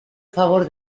favor